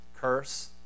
curse